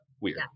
weird